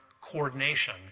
coordination